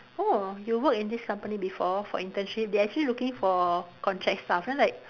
oh you work in this company before for internship they actually looking for contract staff then like